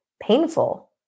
painful